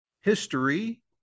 history